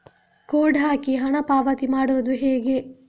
Code ಹಾಕಿ ಹಣ ಪಾವತಿ ಮಾಡೋದು ಹೇಗೆ?